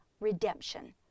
redemption